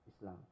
Islam